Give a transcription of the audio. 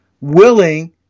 willing